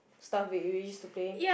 stuff we we used to play